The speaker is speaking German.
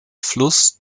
fluss